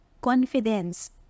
confidence